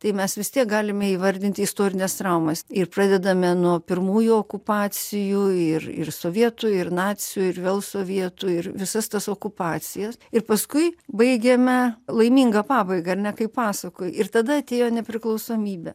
tai mes vis tiek galime įvardinti istorines traumas ir pradedame nuo pirmųjų okupacijų ir ir sovietų ir nacių ir vėl sovietų ir visas tas okupacijas ir paskui baigiame laiminga pabaiga ar ne kaip pasakoj ir tada atėjo nepriklausomybė